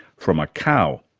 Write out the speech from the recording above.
from a cow.